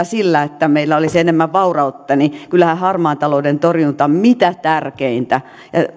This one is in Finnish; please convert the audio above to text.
sillä että meillä olisi enemmän vaurautta niin kyllähän harmaan talouden torjunta on mitä tärkeintä